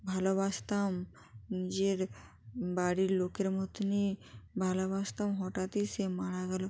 ভালোবাসতাম নিজের বাড়ির লোকের মতনই ভালোবাসতাম হঠাৎই সে মারা গেলো